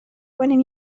کنیم